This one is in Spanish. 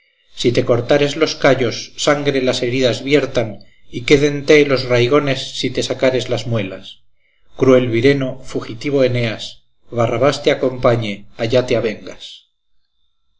si te cortares los callos sangre las heridas viertan y quédente los raigones si te sacares las muelas cruel vireno fugitivo eneas barrabás te acompañe allá te avengas